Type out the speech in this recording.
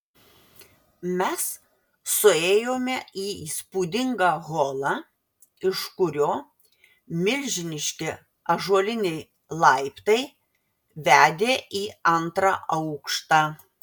mes suėjome į įspūdingą holą iš kurio milžiniški ąžuoliniai laiptai vedė į antrą aukštą